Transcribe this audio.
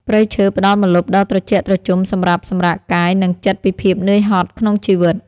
ព្រៃឈើផ្តល់ម្លប់ដ៏ត្រជាក់ត្រជុំសម្រាប់សម្រាកកាយ និងចិត្តពីភាពនឿយហត់ក្នុងជីវិត។